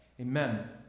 amen